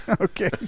Okay